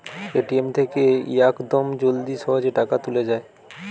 ATM থেকে ইয়াকদম জলদি সহজে টাকা তুলে যায়